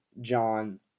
John